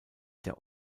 der